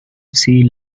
sea